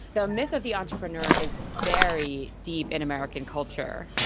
the myth of the entrepreneur is very deep in american culture.